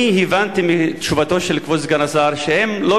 אני הבנתי מתשובתו של כבוד סגן השר שהם לא